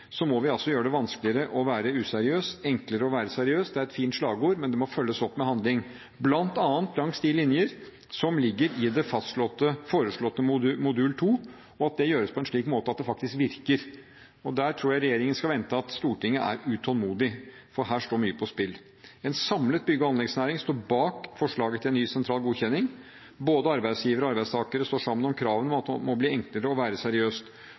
må vi altså gjøre det vanskeligere å være useriøs og enklere å være seriøs. Det er et fint slagord, men det må følges opp med handling, bl.a. langs de linjer som ligger i den foreslåtte modul 2, og det må gjøres på en slik måte at det faktisk virker. Der tror jeg regjeringen skal vente at Stortinget er utålmodig, for her står mye på spill. En samlet bygg- og anleggsnæring står bak forslaget til en ny sentral godkjenning. Både arbeidsgivere og arbeidstakere står sammen om kravene om at det må bli enklere å være